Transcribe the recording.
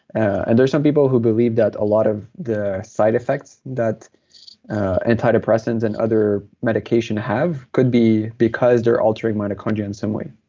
and there's some people who believe that a lot of the side effects that antidepressants and other medications have could be because they're altering mitochondria in some way.